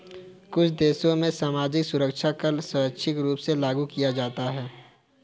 कुछ देशों में सामाजिक सुरक्षा कर स्वैच्छिक रूप से लागू किया जाता है